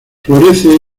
florece